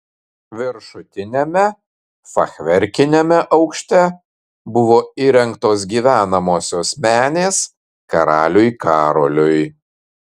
viršutiniame fachverkiniame aukšte buvo įrengtos gyvenamosios menės karaliui karoliui